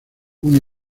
una